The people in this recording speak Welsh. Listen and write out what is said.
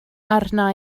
arna